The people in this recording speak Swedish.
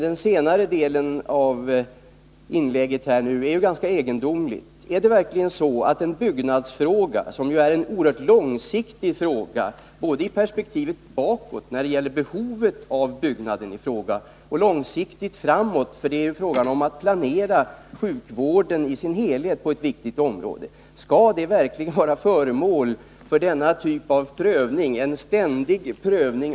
Den senare delen av inlägget är emellertid ganska egendomlig. Är det verkligen så, att en så oerhört långsiktig byggnadsfråga — både beträffande perspektivet bakåt när det gäller behovet av byggnaden i fråga och framåt, eftersom det gäller att planera sjukvården i dess helhet på ett viktigt område — skall vara föremål för ständig prövning?